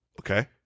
Okay